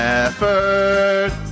effort